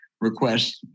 request